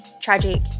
tragic